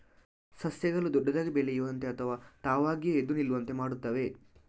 ಸಸ್ಯಗಳು ದೊಡ್ಡದಾಗಿ ಬೆಳೆಯುವಂತೆ ಅಥವಾ ತಾವಾಗಿಯೇ ಎದ್ದು ನಿಲ್ಲುವಂತೆ ಮಾಡುತ್ತವೆ